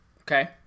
Okay